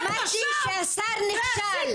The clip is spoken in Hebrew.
אמרתי שהשר נכשל.